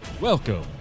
Welcome